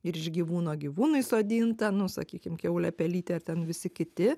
ir iš gyvūno gyvūnui sodinta nu sakykim kiaulė pelytė ar ten visi kiti